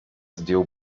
zdjął